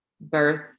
birth